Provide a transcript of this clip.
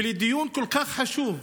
בדיון כל כך חשוב,